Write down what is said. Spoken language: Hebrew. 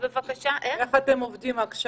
איך אתם עובדים עכשיו?